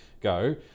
go